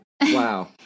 Wow